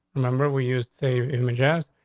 remember, we used to in my chest.